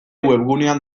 webgunean